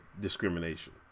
discrimination